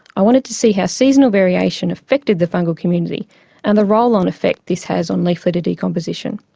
i wanted to see how seasonal variation affected the fungal community and the roll-on effect this has on leaf litter decomposition.